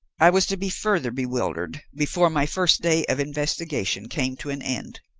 i was to be further bewildered before my first day of investigation came to an end.